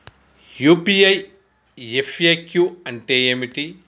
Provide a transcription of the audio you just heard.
UPI FAQ అంటే ఏమిటి?